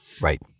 Right